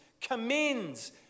commends